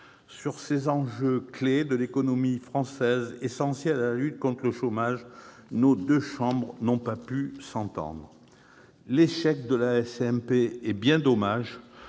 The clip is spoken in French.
sur ces enjeux clefs de l'économie française, essentiels à la lutte contre le chômage, nos deux chambres n'ont pas su s'entendre. L'échec de la commission mixte